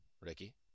Ricky